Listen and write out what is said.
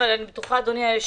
אבל אני בטוחה אדוני היושב-ראש